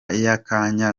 y’akanya